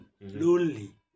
Lonely